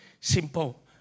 simple